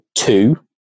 Two